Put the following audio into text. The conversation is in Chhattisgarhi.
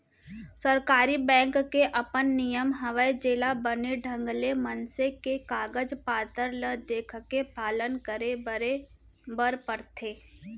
सरकारी बेंक के अपन नियम हवय जेला बने ढंग ले मनसे के कागज पातर ल देखके पालन करे बरे बर परथे